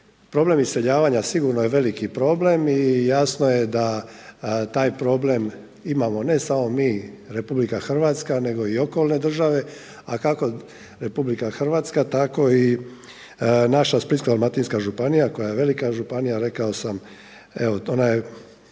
Problem iseljavanja sigurno je veliki problem i jasno je da taj problem imamo ne samo mi Republika Hrvatska, nego i okolne države. A kako Republika Hrvatska, tako i naša Splitsko-dalmatinska županija koja je velika županija, rekao sam evo ona je